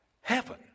heaven